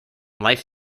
life